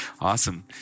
Awesome